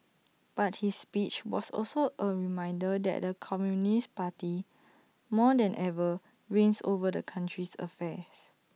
but his speech was also A reminder that the communist party more than ever reigns over the country's affairs